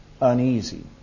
uneasy